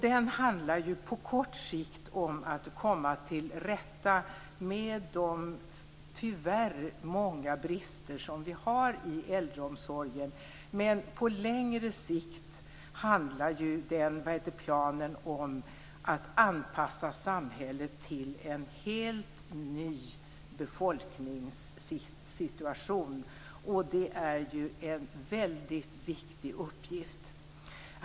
Den handlar ju på kort sikt om att man skall komma till rätta med de tyvärr många brister som vi har i äldreomsorgen. Men på längre sikt handlar ju den planen om att man skall anpassa samhället till en helt ny befolkningssituation, och det är ju en väldigt viktig uppgift.